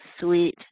sweet